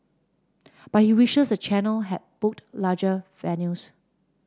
but he wishes the channel had booked larger venues